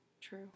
true